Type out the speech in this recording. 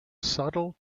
subtle